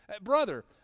Brother